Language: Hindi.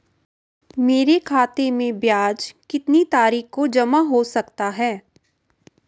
मेरे खाते में ब्याज कितनी तारीख को जमा हो जाता है?